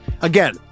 Again